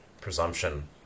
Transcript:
presumption